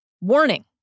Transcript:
Warning